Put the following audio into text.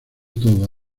todo